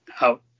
out